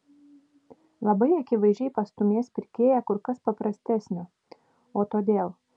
labai akivaizdžiai pastūmės pirkėją kur kas paprastesnio o todėl